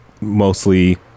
mostly